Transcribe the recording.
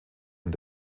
und